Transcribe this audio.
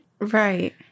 Right